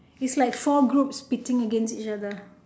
is like four groups pitting against each other